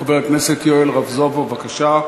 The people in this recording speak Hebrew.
חבר הכנסת יואל רבזובוב, בבקשה.